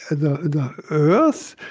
the earth,